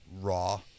raw